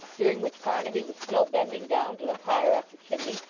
during which barnaby was still bending down to look higher up the chimney,